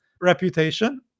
reputation